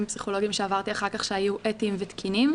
הפסיכולוגיים שעברתי אחר כך שהיו אתיים ותקינים,